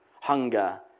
hunger